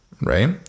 right